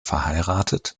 verheiratet